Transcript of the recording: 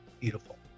beautiful